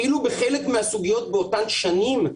אפילו בחלק מהסוגיות באותן שנים הסתיימו בפשרה.